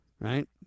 right